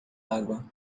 água